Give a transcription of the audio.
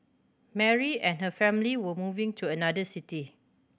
Mary and her family were moving to another city